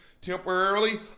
temporarily